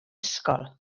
ysgol